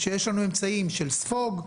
יש לנו אמצעים של ספוג,